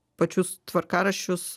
pačius tvarkaraščius